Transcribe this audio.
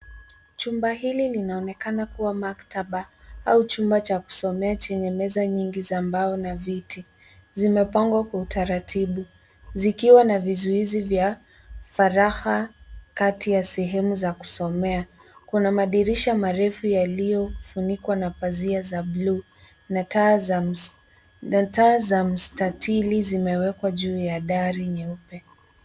Chumba hili linaonekana kuwa maktaba au chumba cha kusomea chenye meza nyingi za mbao na viti. Zimepangwa kwa utaratibu, zikiwa na vizuizi vya faraha kati ya sehemu za kusomea. Kuna madirisha marefu yalio funikwa na pazia za bluu na taa za mstatili zimewekwa juu ya dari nyeupe.